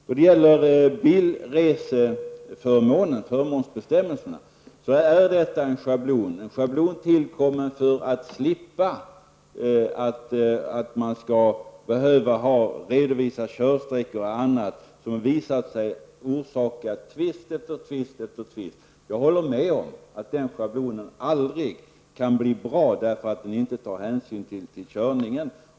Då det gäller bilreseförmånen har en schablon skapats för att man skall slippa att redovisa körsträckor och annat, vilket har visat sig orsaka tvist efter tvist. Jag håller med om att schablonen aldrig kan bli bra, eftersom den inte tar hänsyn till körsträckan.